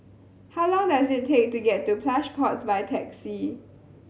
how long does it take to get to Plush Pods by taxi